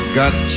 got